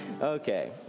Okay